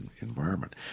environment